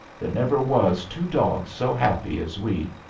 there never was two dogs so happy as we.